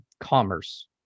commerce